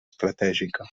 estratègica